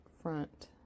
front